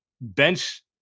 Bench